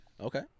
okay